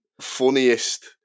funniest